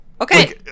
okay